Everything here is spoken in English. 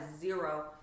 zero